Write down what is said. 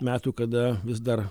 metų kada vis dar